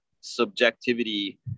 subjectivity